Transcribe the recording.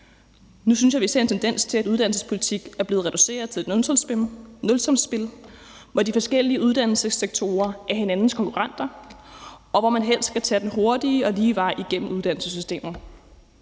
nu synes jeg vi ser en tendens til, at uddannelsespolitik er blevet reduceret til et nulsumsspil, hvor de forskellige uddannelsessektoren er hinandens konkurrenter, og hvor man helt skal tage den hurtige og lige vej igennem uddannelsessystemet.